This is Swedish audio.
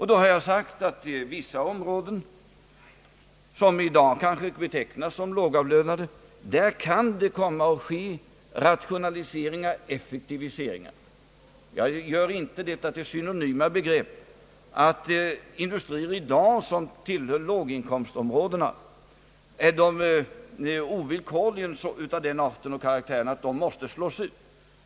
Jag har sagt att på vissa områden, som i dag kanske betecknas som lågavlönade, kan det komma att ske rationaliseringar, effektiviseringar. Jag gör inte detta till synonyma begrepp, att industrier som i dag tillhör låginkomstområdena ovillkorligen är av den arten och karaktären att de måste slås ut.